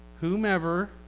whomever